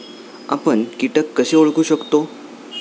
आपण कीटक कसे ओळखू शकतो?